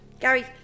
Gary